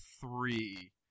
three